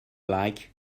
like